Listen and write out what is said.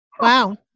Wow